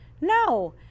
No